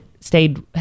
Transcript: stayed